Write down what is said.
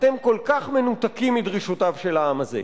אתם כל כך מנותקים מדרישותיו של העם הזה.